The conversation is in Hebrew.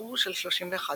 באיחור של 31 דקות.